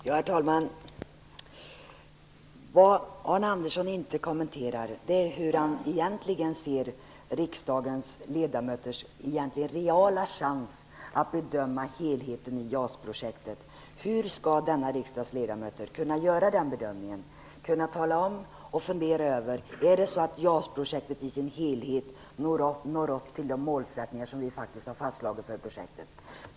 Herr talman! Vad Arne Andersson inte kommenterar är hur han egentligen ser riksdagens ledamöters reala chans att bedöma JAS-projektet i dess helhet. Hur skall de kunna göra den bedömningen och fundera över om JAS-projektet i dess helhet når upp till de fastställda målsättningarna?